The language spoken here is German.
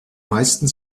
meisten